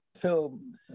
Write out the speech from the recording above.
film